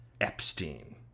Epstein